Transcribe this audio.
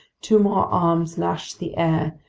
two more arms lashed the air,